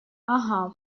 ага